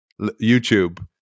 YouTube